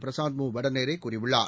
பிரசாந்த் மு வடநேரே கூறியுள்ளார்